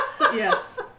Yes